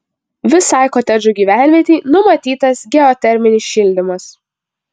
visai kotedžų gyvenvietei numatytas geoterminis šildymas